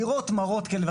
לראות מראות כאלה,